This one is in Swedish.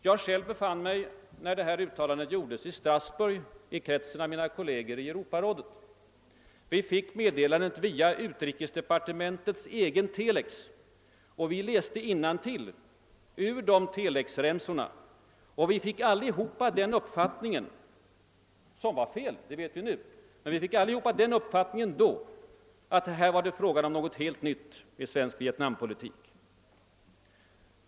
Jag själv befann mig när uttalandet gjordes i Strasbourg i kretsen av mina kolleger i Europarådet. Vi fick meddelandet via utrikesdepartementets telex. Vi läste innantill från telexremsorna, och vi fick alla den uppfattningen — som var felaktig, det vet vi nu — att det här var fråga om något helt nytt i svensk Vietnampolitik.